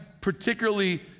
particularly